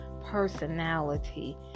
personality